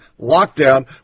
lockdown